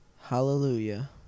Hallelujah